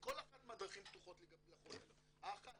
--- כל אחת מהדרכים פתוחות לגבי החולה: האחת